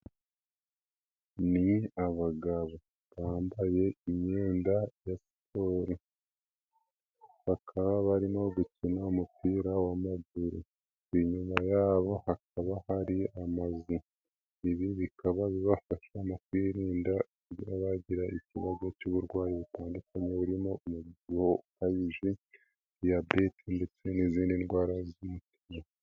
Ni abagabo bambaye imyenda ya siporo, bakaba barimo gukina umupira w'amaguru, inyuma yabo hakaba hari amazu, ibi bikaba bibafasha mu kwirinda kuba abagira ikibazo cy'uburwayi butandukanye, burimo umubyibuho ukabije, diyabete ndetse n'izindi ndwara z'umutima.